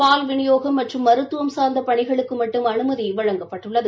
பால் விநியோகம் மற்றும் மருத்துவம் சாா்ந்த பணிகளுக்கு மட்டும் அனுமதி வழங்கப்பட்டுள்ளது